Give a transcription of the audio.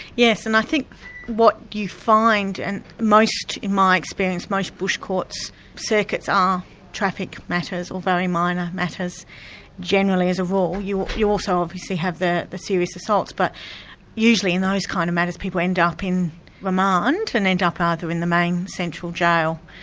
yes, and i think what you find and most in my experience, most bush courts' circuits are traffic matters, or very minor matters generally as a rule. you you also obviously have the the serious assaults, but usually in those kind of matters people end and up in remand, and end up either in main central jail.